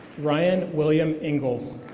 ryan william engels.